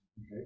Okay